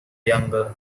younger